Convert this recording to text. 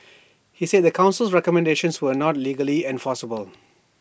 he said the Council's recommendations were not legally enforceable